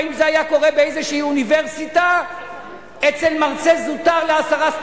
האם זה היה קורה באיזו אוניברסיטה אצל מרצה זוטר לעשרה סטודנטים?